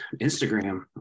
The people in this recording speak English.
instagram